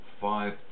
five